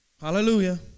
Hallelujah